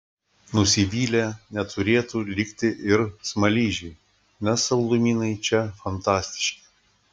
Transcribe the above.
nusivylę neturėtų likti ir smaližiai nes saldumynai čia fantastiški